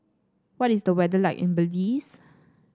what is the weather like in Belize